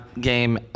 game